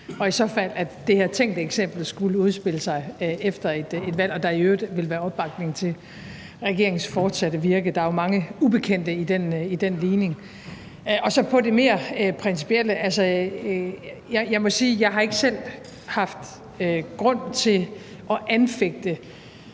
og såfremt det her tænkte eksempel skulle udspille sig efter et valg og der i øvrigt ville være opbakning til regeringens fortsatte virke. Der er jo mange ubekendte i den ligning. I forhold til det mere principielle må jeg sige, at jeg ikke selv har haft grund til at anfægte